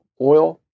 oil